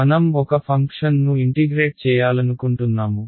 మనం ఒక ఫంక్షన్ను ఇంటిగ్రేట్ చేయాలనుకుంటున్నాము